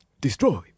Destroy